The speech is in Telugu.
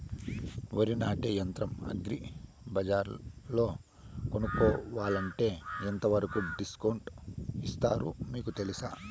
వరి నాటే యంత్రం అగ్రి బజార్లో కొనుక్కోవాలంటే ఎంతవరకు డిస్కౌంట్ ఇస్తారు మీకు తెలుసా?